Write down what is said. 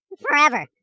forever